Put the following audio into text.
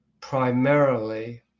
primarily